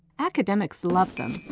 academics love them.